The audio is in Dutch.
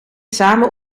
samen